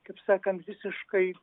kaip sakant visiškai